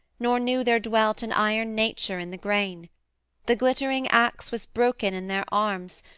nor knew there dwelt an iron nature in the grain the glittering axe was broken in their arms,